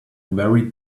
very